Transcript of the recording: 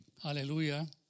Aleluya